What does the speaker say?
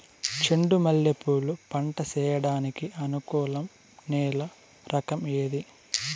చెండు మల్లె పూలు పంట సేయడానికి అనుకూలం నేల రకం ఏది